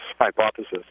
hypothesis